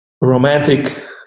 romantic